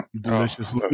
delicious